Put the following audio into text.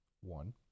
one